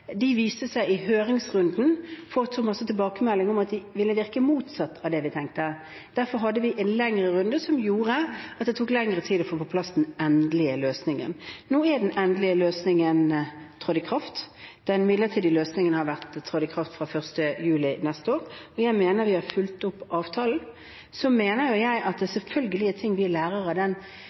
i høringsrunden tilbakemelding om ville virke motsatt av det vi tenkte. Derfor hadde vi en lengre runde som gjorde at det tok lengre tid å få på plass den endelige løsningen. Nå er den endelige løsningen trådt i kraft. Den midlertidige løsningen trådte i kraft 1. juli i fjor. Jeg mener vi har fulgt opp avtalen. Så mener jeg at det selvfølgelig er ting vi lærer av den